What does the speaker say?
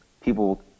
people